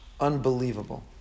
unbelievable